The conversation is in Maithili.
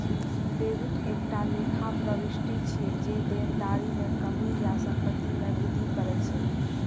डेबिट एकटा लेखा प्रवृष्टि छियै, जे देनदारी मे कमी या संपत्ति मे वृद्धि करै छै